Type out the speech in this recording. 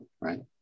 right